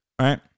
right